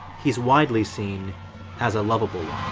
he's widely seen as a lovable